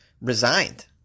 resigned